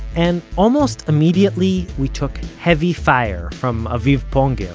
and almost immediately we took heavy fire from aviv ponger,